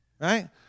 Right